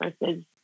versus